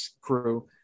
crew